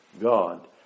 God